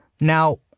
Now